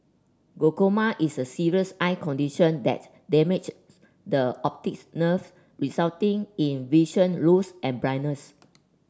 glaucoma is a serious eye condition that damage the optics nerve resulting in vision loss and blindness